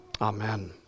Amen